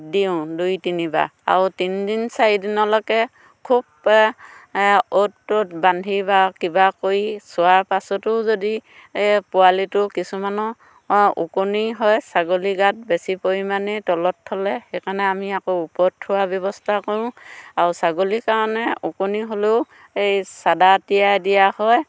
দিওঁ দুই তিনিবাৰ আৰু তিনদিন চাৰিদিনলৈকে খুব অ'ত ত'ত বান্ধি বা কিবা কৰি চোৱাৰ পাছতো যদি পোৱালিটোৰ কিছুমানৰ ওকণি হয় ছাগলীৰ গাত বেছি পৰিমাণে তলত থ'লে সেইকাৰণে আমি আকৌ ওপৰত থোৱাৰ ব্যৱস্থা কৰোঁ আৰু ছাগলীৰ কাৰণে ওকণি হ'লেও এই চাদা তিয়াই দিয়া হয়